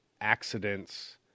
accidents